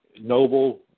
noble